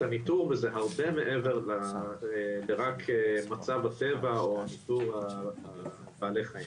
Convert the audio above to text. הניתור וזה הרבה מעבר רק למצב הטבע או בעלי החיים.